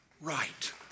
right